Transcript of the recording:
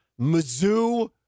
Mizzou